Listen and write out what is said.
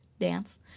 dance